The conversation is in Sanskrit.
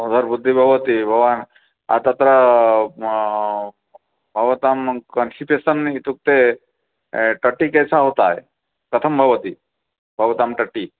उदरवृद्धिः भवति भवान् तत्र भवतां कोन्श्टिपेशन् इत्युक्ते अ टट्टि कैसा होता है कथं भवति भवतां टट्टी